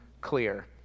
clear